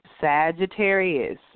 Sagittarius